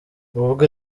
ubwo